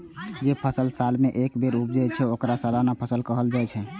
जे फसल साल मे एके बेर उपजै छै, ओकरा सालाना फसल कहल जाइ छै